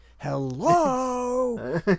Hello